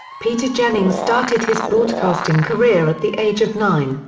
peter jennings started his broadcasting career at the age of nine,